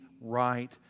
right